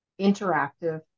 interactive